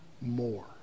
more